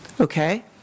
Okay